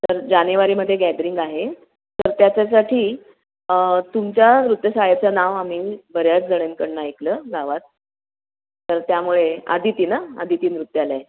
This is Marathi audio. तर जानेवारीमध्ये गॅदरिंग आहे तर त्याच्यासाठी तुमच्या नृत्यशाळेचं नाव आम्ही बऱ्याच जणींकडून ऐकलं गावात तर त्यामुळे अदिती ना अदिती नृत्यालय